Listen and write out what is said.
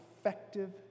effective